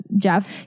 Jeff